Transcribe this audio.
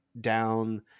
down